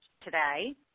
today